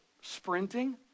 sprinting